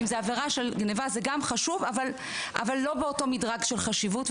אם זו עבירה של גניבה זה גם חשוב אבל לא באותו מדרג של חשיבות,